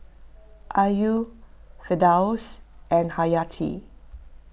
Ayu Firdaus and Hayati